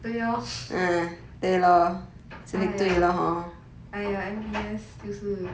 对 lor !aiya! !aiya! N_B_S 就是